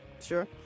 sure